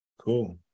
cool